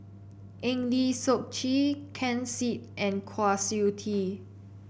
Eng Lee Seok Chee Ken Seet and Kwa Siew Tee